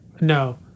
no